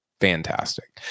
Fantastic